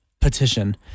petition